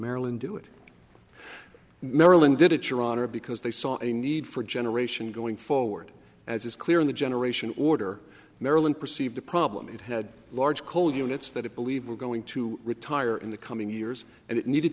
maryland do it maryland did it your honor because they saw a need for generation going forward as is clear in the generation order marilyn perceived the problem it had large coal units that it believe were going to retire in the coming years and it needed